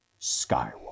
Skywalker